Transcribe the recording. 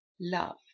love